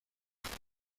همیشه